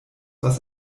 was